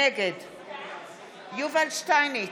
נגד יובל שטייניץ,